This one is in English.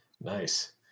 Nice